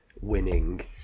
winning